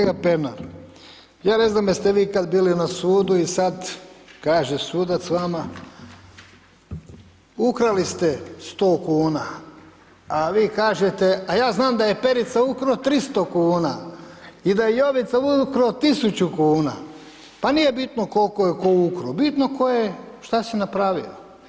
Ja ne znam jeste vi kad bili na sudu i sad kaže sudac vama, ukrali ste 100 kuna, a vi kažete, a ja znam da je Perica ukrao 300 kn i da je Jovica ukrao 1000 kn, pa nije bitno koliko je tko ukrao, bitno tko je, šta si napravio.